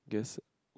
I guess